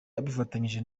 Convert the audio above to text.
abifatanyije